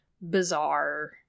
bizarre